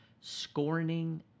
scorning